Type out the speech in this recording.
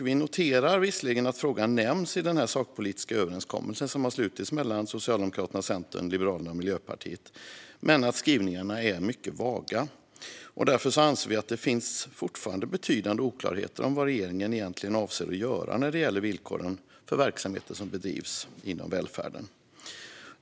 Vi noterar att frågan visserligen nämns i den sakpolitiska överenskommelse som slutits mellan Socialdemokraterna, Centern, Liberalerna och Miljöpartiet men att skrivningarna är mycket vaga. Vi anser därför att det fortfarande finns betydande oklarheter om vad regeringen avser att göra när det gäller villkoren för verksamheter som bedrivs inom välfärden.